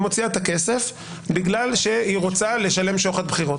היא מוציאה את הכסף בגלל שהיא רוצה לשלם שוחד בחירות.